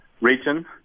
region